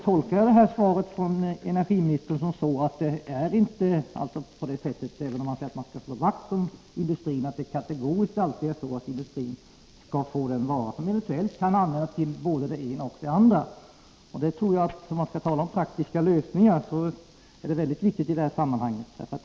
tolkar jag svaret från energiministern så, att det inte kategoriskt är så — även inhemsk skogsom det sägs att man skall slå vakt om industrin — att industrin alltid skall få energi den vara som eventuellt kan användas till både det ena och det andra. Detta tror jag är mycket viktigt i det här sammanhanget, om man skall tala om praktiska lösningar.